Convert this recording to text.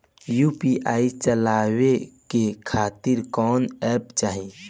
UPI चलवाए के खातिर कौन एप चाहीं?